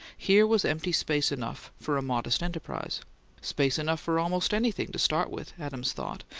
here was empty space enough for a modest enterprise space enough for almost anything, to start with, adams thought,